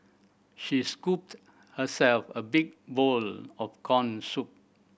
she scooped herself a big bowl of corn soup